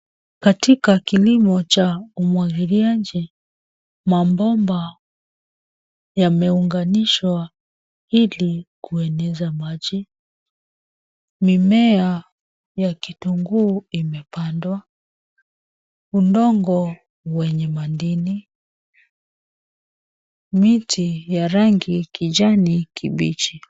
Katika kilimo cha umwagiliaji, mabomba yameunganishwa ili kueneza maji. Mimea ya kitunguu imepandwa, udongo wenye madini, miti ya rangi kijani kibichi.